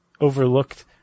overlooked